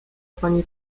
pani